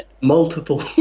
multiple